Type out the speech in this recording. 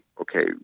okay